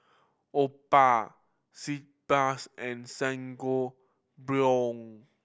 Oppa Sitz Bath and Sangobion